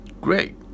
Great